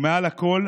ומעל לכול,